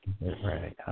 Right